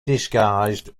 disguised